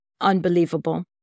unbelievable